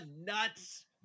Nuts